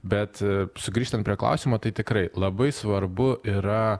bet sugrįžtant prie klausimo tai tikrai labai svarbu yra